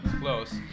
close